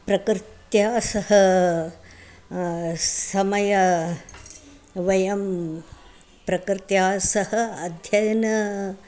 प्रकृत्या सह समयं वयं प्रकृत्या सह अध्ययनम्